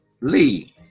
lee